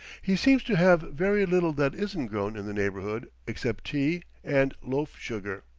he seems to have very little that isn't grown in the neighborhood except tea and loaf-sugar.